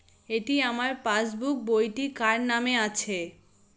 এটি আমার পাসবুক বইটি কার নামে আছে?